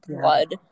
blood